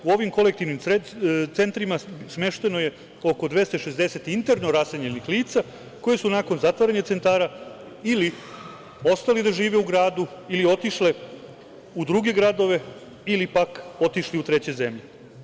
U ovim kolektivnim centrima smešteno je oko 260 internoraseljenih lica koja su nakon zatvaranja centara ili ostali da žive u gradu ili otišli u druge gradove ili pak otišli u treće zemlje.